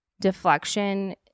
deflection